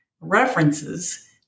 references